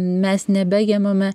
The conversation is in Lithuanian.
mes nebegebame